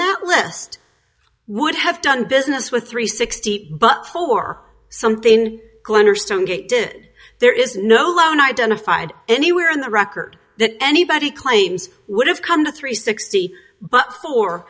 that list would have done business with three sixty eight but for somethin callender stone gate did there is no loan identified anywhere in the record that anybody claims would have come to three sixty but for